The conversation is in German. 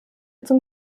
zum